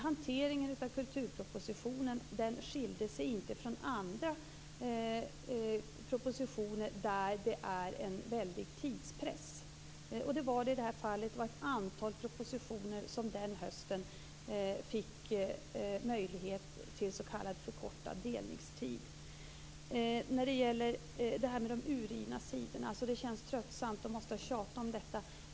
Hanteringen av kulturpropositionen skilde sig inte från hanteringen av andra propositioner där det var en väldig tidspress. Det var det i det här fallet. Det var ett antal propositioner som den hösten fick möjlighet till s.k. förkortad delningstid. När det gäller de utrivna sidorna känns det tröttsamt att behöva tjata om detta.